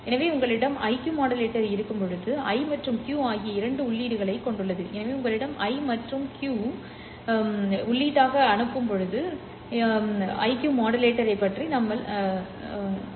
எனவே உங்களிடம் உங்கள் IQ மாடுலேட்டர் உள்ளது இது I மற்றும் Q ஆகிய இரண்டு உள்ளீடுகளைக் கொண்டுள்ளது எனவே உங்களிடம் I மற்றும் Q உள்ளது இது நாங்கள் விவாதித்த உங்கள் IQ மாடுலேட்டராகும்